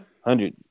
Hundred